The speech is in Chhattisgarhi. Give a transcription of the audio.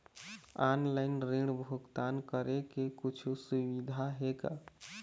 ऑनलाइन ऋण भुगतान करे के कुछू सुविधा हे का?